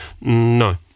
No